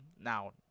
Now